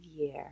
year